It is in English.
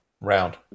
round